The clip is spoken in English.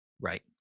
right